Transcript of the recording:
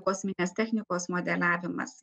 kosminės technikos modeliavimas